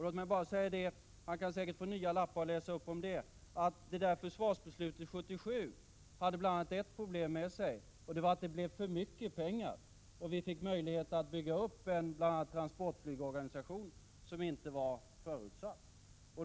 Låt mig bara säga följande, och Roine Carlsson kan säkert få nya lappar att läsa upp om det: Försvarsbeslutet 1977 förde bl.a. ett problem med sig, nämligen att det blev för mycket pengar, och vi fick möjlighet att bygga upp bl.a. en transportflygorganisation som inte var förutsatt.